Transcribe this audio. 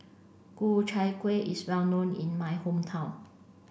Ku Chai Kuih is well known in my hometown